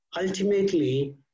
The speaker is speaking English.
ultimately